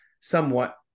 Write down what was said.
somewhat